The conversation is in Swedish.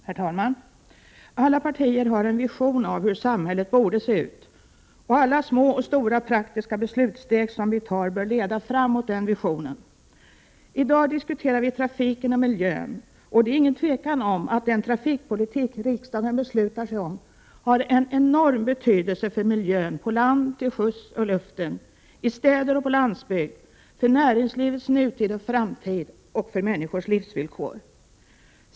Herr talman! Alla partier har en vision av hur samhället borde se ut, och alla små och stora praktiska beslutsteg som vi tar bör leda fram mot den visionen. I dag diskuterar vi trafiken och miljön. Det är inget tvivel om att den trafikpolitik riksdagen beslutar sig för har enorm betydelse för miljön på land, till sjöss och i luften, i städer och på landsbygd, för näringslivets nutid och framtid samt för människors livsvillkor.